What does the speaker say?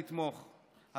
לתמוך,